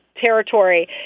territory